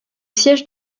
siège